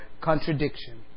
contradiction